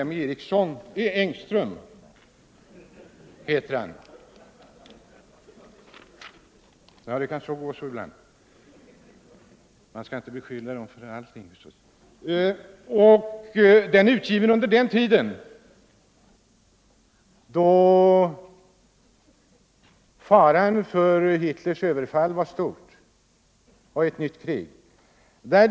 M. Engström och utgiven 1932 då faran för Hitlers överfall och ett nytt krig var stor.